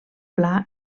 pla